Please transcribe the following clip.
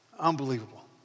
unbelievable